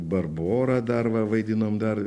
barborą dar va vaidinom dar